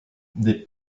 des